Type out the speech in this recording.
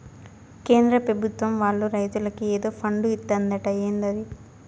కేంద్ర పెభుత్వం వాళ్ళు రైతులకి ఏదో ఫండు ఇత్తందట ఏందది